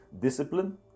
discipline